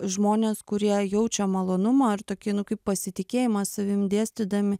žmonės kurie jaučia malonumą ar tokį nu kaip pasitikėjimas savim dėstydami